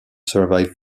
survive